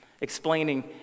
explaining